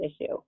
issue